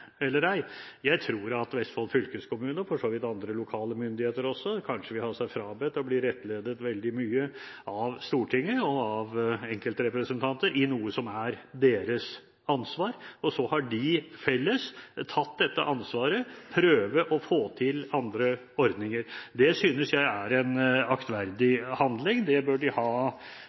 eller ei: Jeg tror at Vestfold fylkeskommune, og for så vidt andre lokale myndigheter også, kanskje vil ha seg frabedt å bli rettledet veldig mye av Stortinget og av enkeltrepresentanter om noe som er deres ansvar. De har felles tatt ansvar for å prøve å få til andre ordninger. Det synes jeg er en aktverdig handling. Det bør de ha